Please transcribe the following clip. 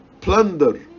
plunder